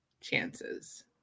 chances